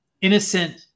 innocent